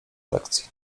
lekcji